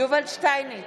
יובל שטייניץ,